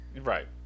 Right